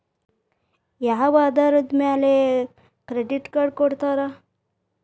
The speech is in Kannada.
ಯಾವ ಆಧಾರದ ಮ್ಯಾಲೆ ಕ್ರೆಡಿಟ್ ಕಾರ್ಡ್ ಕೊಡ್ತಾರ?